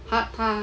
她她